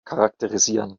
charakterisieren